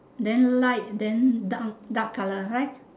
then light then dark colour right